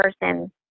person